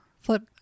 flip